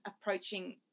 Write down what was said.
approaching